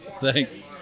Thanks